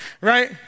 right